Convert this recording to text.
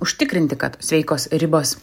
užtikrinti kad sveikos ribos